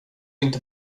inte